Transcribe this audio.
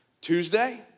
tuesday